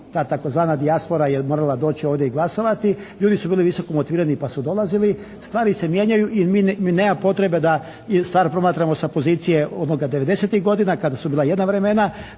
ta tzv. dijaspora je morala doći ovdje i glasovati. Ljudi su bili visoko motivirani pa su dolazili. Stvari se mijenjaju i nema potrebe da stvar promatramo sa pozicije onoga '90.-ih godina kada su bila jedna vremena.